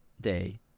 day